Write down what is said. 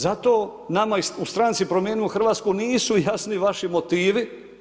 Zato nama u stranci Promijenimo Hrvatsku nisu jasni vaši motivi.